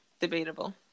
debatable